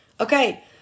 Okay